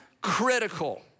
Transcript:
critical